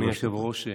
אדוני היושב-ראש,